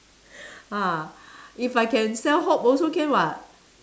ah if I can sell hope also can [what]